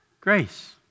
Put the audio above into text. Grace